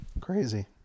Crazy